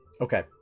Okay